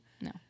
No